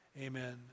Amen